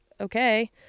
okay